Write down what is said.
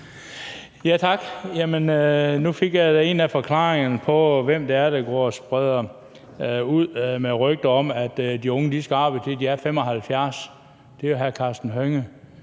Tak. Nu fik jeg da en af forklaringerne på, hvem det er, der går og spreder rygter om, at de unge skal arbejde, til de er 75 år, for det er hr. Karsten Hønge.